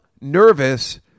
nervous